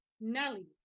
nelly